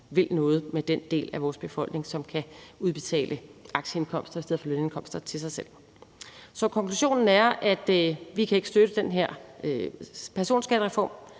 vil noget med den del af vores befolkning, som i stedet for lønindkomster kan udbetale aktieindkomster til sig selv. Så konklusionen er, at vi ikke kan støtte den her personskattereform.